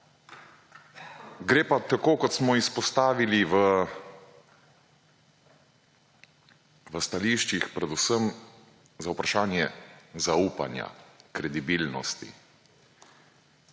Gre pa tako kot smo izpostavili v stališčih predvsem za vprašanje zaupanja, kredibilnosti.